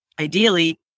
Ideally